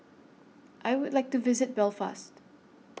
I Would like to visit Belfast